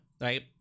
right